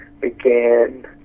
began